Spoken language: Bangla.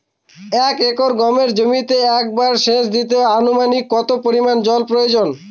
এক একর গমের জমিতে একবার শেচ দিতে অনুমানিক কত পরিমান জল প্রয়োজন?